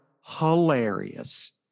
hilarious